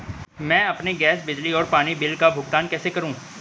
मैं अपने गैस, बिजली और पानी बिल का भुगतान कैसे करूँ?